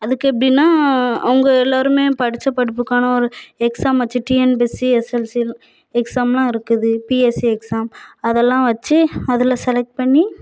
அதுக்கு எப்படின்னா அவங்க எல்லோருமே படித்த படிப்புக்கான ஒரு எக்ஸாம் வச்சு டிஎன்பிசி எஸ்எல்சின்னு எக்ஸாமெலாம் இருக்குது யூபிஎஸ்சி எக்ஸாம் அதெல்லாம் வச்சு அதில் செலக்ட் பண்ணி